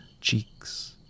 cheeks